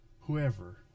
Whoever